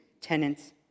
tenants